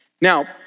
Now